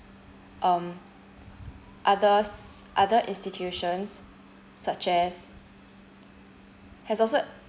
um others other institutions such as has also